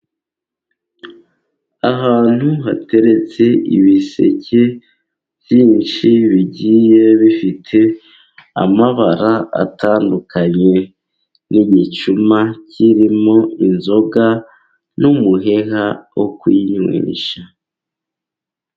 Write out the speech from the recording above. Ahantu hateretse ibiseke byinshi ,bigiye bifite amabara atandukanye n'igicuma kirimo inzoga, n'umuheha wo kuyinywesha.